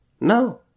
no